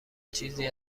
چیزی